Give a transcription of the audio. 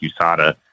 USADA